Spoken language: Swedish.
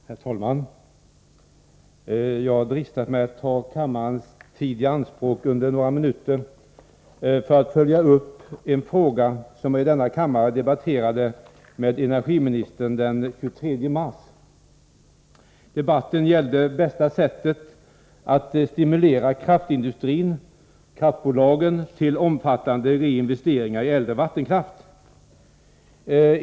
Herr talman! Jag har dristat mig att ta kammarens tid i anspråk under några minuter för att följa upp en fråga som jag i denna kammare debatterade med energiministern den 23 mars. Debatten gällde bästa sättet att stimulera kraftbolagen till omfattande reinvesteringar i äldre vattenkraft.